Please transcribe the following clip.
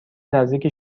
نزدیک